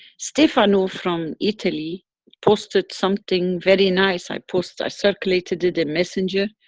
stefano from italy posted something very nice. i posted. i circulated it in messenger.